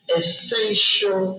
essential